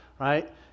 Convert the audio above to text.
right